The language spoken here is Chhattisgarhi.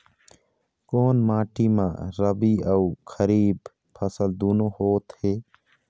कोन माटी म रबी अऊ खरीफ फसल दूनों होत हे?